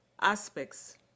aspects